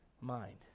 mind